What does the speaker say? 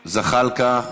זחאלקה,